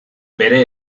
bere